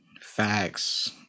facts